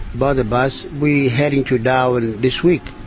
but but us we heading to darwin this week,